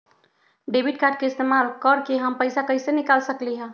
Debit card के इस्तेमाल करके हम पैईसा कईसे निकाल सकलि ह?